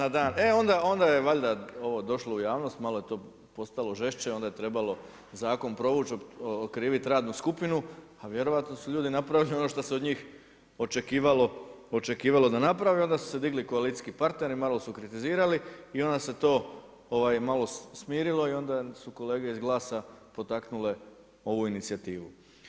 E onda je valjda ovo došlo u javnost, malo je to postalo žešće onda je trebalo zakon provuć okrivit radnu skupinu, a vjerojatno su ljudi napravili ono što se od njih očekivalo da naprave, onda su se digli koalicijski partneri malo su kritizirali i onda se to malo smirilo i onda su kolege iz GLAS-a potaknule ovu inicijativu.